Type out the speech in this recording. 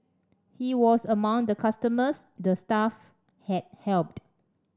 he was among the customers the staff had helped